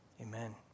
Amen